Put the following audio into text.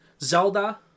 Zelda